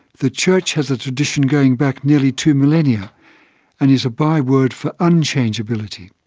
the church has a tradition going back nearly two millennia and is a byword for unchangeability.